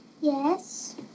Yes